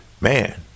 man